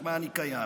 משמע אני קיים.